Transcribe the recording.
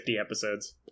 episodes